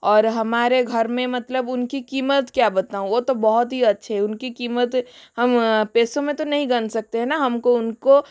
और हमारे घर में मतलब उनकी कीमत क्या बताऊँ वो तो बहुत ही अच्छे उनकी कीमत हम पैसो में तो नहीं गिन सकते है न हमको उनको